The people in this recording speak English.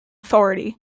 authority